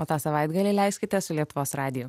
o tą savaitgalį leiskite su lietuvos radiju